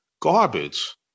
Garbage